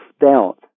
doubt